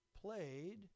played